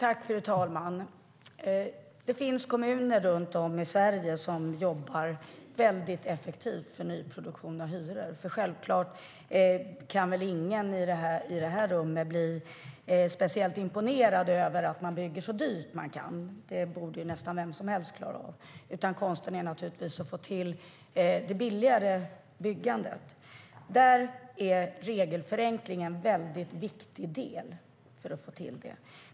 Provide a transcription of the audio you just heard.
Fru talman! Det finns kommuner runt om i Sverige som jobbar väldigt effektivt i fråga om nyproduktion av hyresrätter. Ingen i det här rummet kan väl bli speciellt imponerad över att man bygger så dyrt man kan; det borde nästan vem som helst klara av. Konsten är naturligtvis att få till det billigare byggandet. Regelförenklingen är en väldigt viktig del för att få till det.